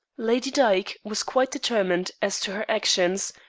lady dyke was quite determined as to her actions,